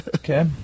okay